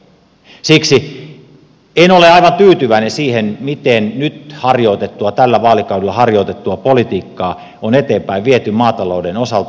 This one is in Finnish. siksi en ole aivan tyytyväinen siihen miten tällä vaalikaudella harjoitettua politiikkaa on eteenpäin viety maatalouden osalta